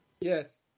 Yes